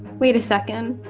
wait a second,